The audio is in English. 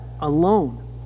alone